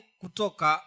kutoka